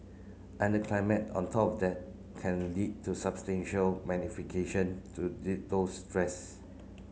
and climate on top of that can lead to substantial magnification to the those stress